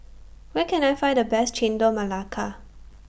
Where Can I Find The Best Chendol Melaka